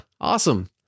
Awesome